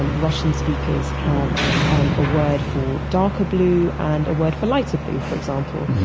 and russian speakers have um a word for darker blue and a word for lighter blue, for example.